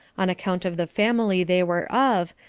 on account of the family they were of,